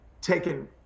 taken